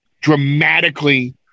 dramatically